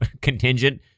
contingent